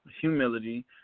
humility